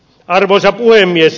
arvoisa puhemies